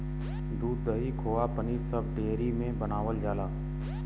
दूध, दही, खोवा पनीर सब डेयरी में बनावल जाला